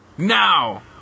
Now